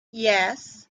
yes